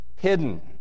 hidden